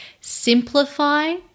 simplify